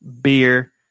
beer